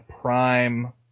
prime